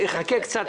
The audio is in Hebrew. חכה קצת,